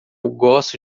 gosto